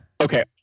Okay